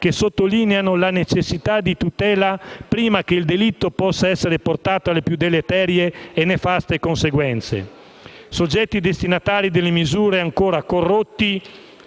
che sottolineano la necessità di tutela prima che il delitto possa essere portato alle più deleterie e nefaste conseguenze). Soggetti destinatari delle misure sono, ancora, i corrotti,